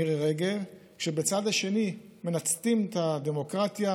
מירי רגב, כשבצד השני מנתצים את הדמוקרטיה,